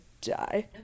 die